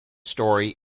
story